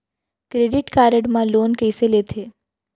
Credit card मा loan कइसे लेथे?